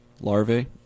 larvae